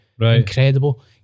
incredible